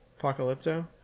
Apocalypto